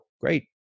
Great